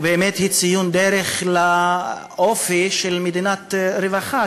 ובאמת היא ציון דרך לאופי של מדינת רווחה,